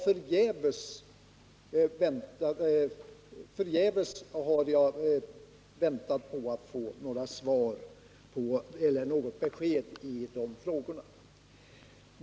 Förgäves har jag väntat på att få ett besked i dessa frågor.